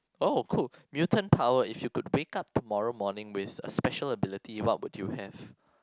oh cool mutant power if you could wake up tomorrow morning with a special ability what would you have